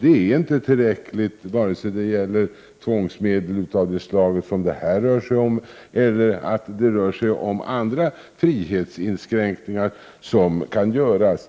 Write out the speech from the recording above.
Det är inte tillräckligt, vare sig det gäller tvångsmedel av det slag som det här rör sig om eller andra frihetsinskränkningar som kan göras.